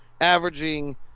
averaging